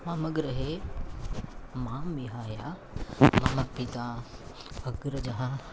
मम गृहे मां विहाय मम पिता अग्रजः